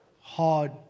hard